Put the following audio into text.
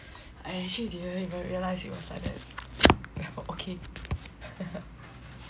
I actually didn't even realise it was like that okay